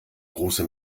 große